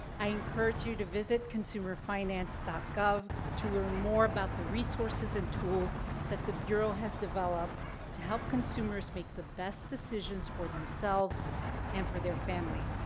i encourage you to visit consumerfinance dot gov to learn more about the resources and tools that the bureau has developed to help consumers make the best decisions for themselves and for their family.